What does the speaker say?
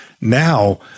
Now